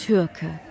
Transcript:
Türke